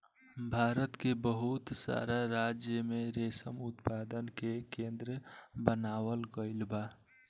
भारत के बहुत सारा राज्य में रेशम उत्पादन के केंद्र बनावल गईल बा